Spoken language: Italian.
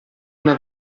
una